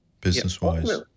business-wise